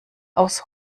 aus